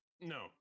no